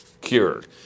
cured